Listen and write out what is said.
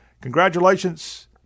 Congratulations